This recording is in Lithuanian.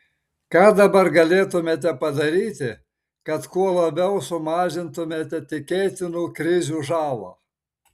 ką dabar galėtumėte padaryti kad kuo labiau sumažintumėte tikėtinų krizių žalą